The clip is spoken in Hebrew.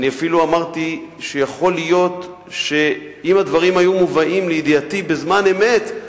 אני אפילו אמרתי שיכול להיות שאם הדברים היו מובאים לידיעתי בזמן אמת,